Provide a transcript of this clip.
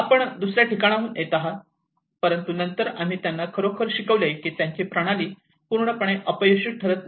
आपण दुसर्या ठिकाणाहून येत आहात परंतु नंतर आम्ही त्यांना खरोखर शिकवले की त्यांची प्रणाली पूर्णपणे अपयशी ठरत नाही